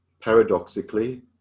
paradoxically